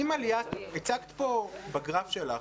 הצגת פה בגרף שלך,